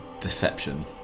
Deception